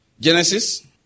Genesis